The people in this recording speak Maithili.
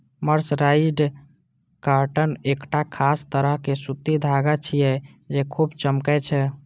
मर्सराइज्ड कॉटन एकटा खास तरह के सूती धागा छियै, जे खूब चमकै छै